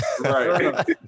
Right